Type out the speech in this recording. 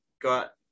got